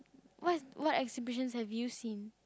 what what exhibitions have you seen